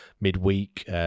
midweek